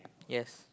yes